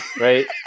right